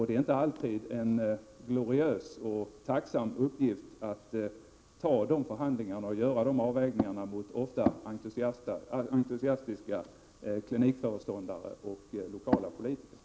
Det är inte alltid en gloriös och tacksam uppgift att göra dessa avvägningar och föra förhandlingar med ofta entusiastiska klinikföreståndare och lokala politiker.